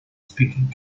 speaking